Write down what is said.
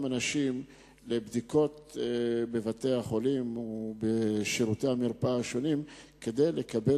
אנשים לבדיקות בבתי-חולים ובשירותי המרפאה כדי לקבל